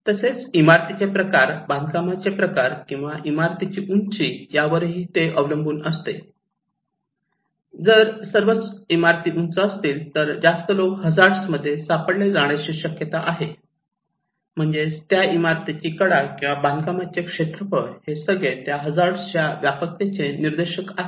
तसेच इमारतीचे प्रकार बांधकामाचे प्रकार किंवा इमारतीची उंची यावरही ते अवलंबून असते जर सर्वच इमारती उंच असतील तर जास्त लोक हजार्ड मध्ये सापडले जाण्याची शक्यता आहे म्हणजेच त्या इमारतीची कडा किंवा बांधकामाचे क्षेत्रफळ हे सगळे त्या हजार्ड च्या व्यापकतेचे निर्देशक आहेत